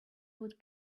would